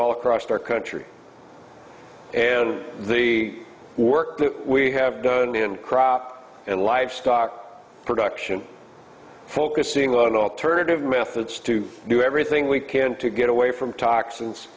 all across our country and the work that we have done in crop and livestock production focusing on alternative methods to do everything we can to get away from toxins